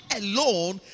alone